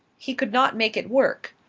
he could not make it work.